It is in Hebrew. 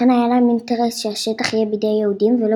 לכן היה להם אינטרס שהשטח יהיה בידי יהודים ולא